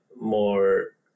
more